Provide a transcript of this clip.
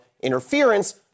interference